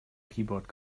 keyboard